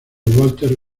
walter